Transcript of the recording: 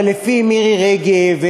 אבל לפי מירי רגב,